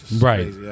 right